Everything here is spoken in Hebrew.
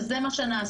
שזה מה שנעשה,